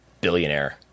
billionaire